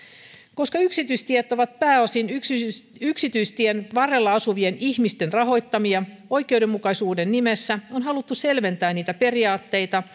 koska yksityistiet ovat pääosin yksityistien yksityistien varrella asuvien ihmisten rahoittamia oikeudenmukaisuuden nimessä on haluttu selventää niitä periaatteita